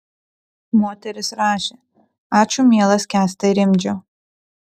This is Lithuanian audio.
moteris rašė ačiū mielas kęstai rimdžiau